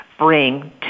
bring